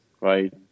right